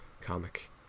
comic